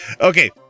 Okay